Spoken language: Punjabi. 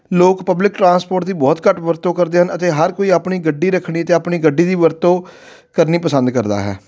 ਲੋਕ ਪਬਲਿਕ ਟਰਾਂਸਪੋਰਟ ਦੀ ਬਹੁਤ ਘੱਟ ਵਰਤੋਂ ਕਰਦੇ ਹਨ ਅਤੇ ਹਰ ਕੋਈ ਆਪਣੀ ਗੱਡੀ ਰੱਖਣੀ ਅਤੇ ਆਪਣੀ ਗੱਡੀ ਦੀ ਵਰਤੋਂ ਕਰਨੀ ਪਸੰਦ ਕਰਦਾ ਹੈ